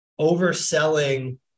overselling